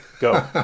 go